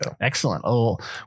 Excellent